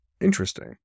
Interesting